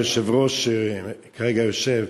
היושב-ראש שכרגע יושב,